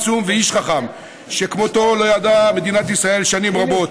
עצום ואיש חכם שכמותו לא ידעה מדינת ישראל שנים רבות,